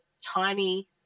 tiny